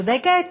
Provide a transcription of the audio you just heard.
צודקת?